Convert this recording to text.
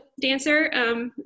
dancer